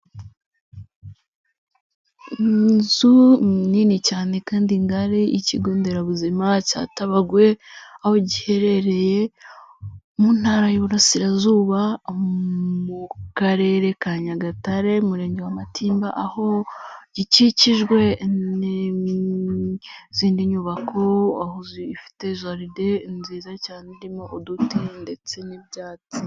Ni inzu, ni nini cyane kandi ngari y'ikigo nderabuzima cya Tabagwe, aho giherereye mu ntara y'iburasirazuba mu Karere ka Nyagatare, Umurenge wa Matimba, aho gikikijwe n'izindi nyubako aho zifite jaride nziza cyane irimo uduti, ndetse n'ibyatsi.